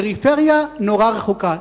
הפריפריה נורא רחוקה,